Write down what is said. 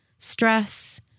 Stress